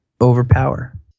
overpower